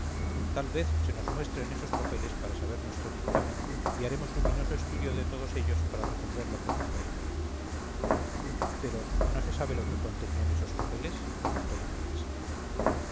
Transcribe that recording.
tal vez se nos muestren esos papeles para saber nuestro dictamen y haremos luminoso estudio de todos ellos para resolver lo que convenga pero no se sabe lo que contenían esos papeles preguntó la marquesa